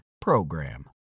PROGRAM